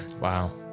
Wow